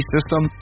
System